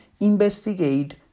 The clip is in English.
investigate